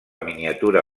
miniatura